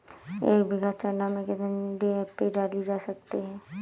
एक बीघा चना में कितनी डी.ए.पी डाली जा सकती है?